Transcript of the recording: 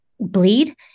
bleed